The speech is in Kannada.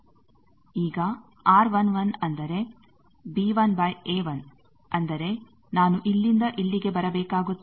ಈಗ R11 ಅಂದರೆ b1 a1 ಅಂದರೆ ನಾನು ಇಲ್ಲಿಂದ ಇಲ್ಲಿಗೆ ಬರಬೇಕಾಗುತ್ತದೆ